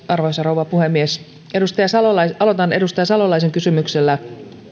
arvoisa rouva puhemies aloitan edustaja salolaisen kysymyksellä